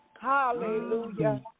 Hallelujah